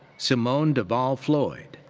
symone deval floyd.